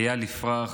איל יפרח,